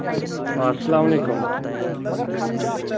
آ اسلام علیکُم